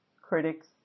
critics